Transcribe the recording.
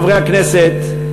חברי הכנסת,